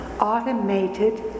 automated